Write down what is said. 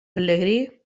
pelegrí